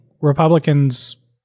Republicans